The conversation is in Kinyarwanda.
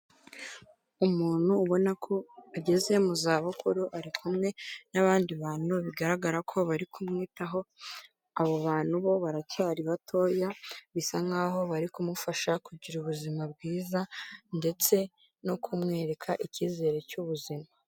Umuntu ubona ko ageze mu za bukuru ari kumwe n'abandi bantu bigaragara ko bari kumwitaho, abo bantu bo baracyari batoya bisa nk'aho bari kumufasha kugira ubuzima bwiza ndetse no kumwereka icyizere cy'ubuzima.